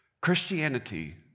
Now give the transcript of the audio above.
Christianity